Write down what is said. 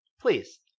please